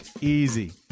easy